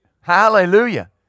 Hallelujah